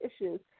issues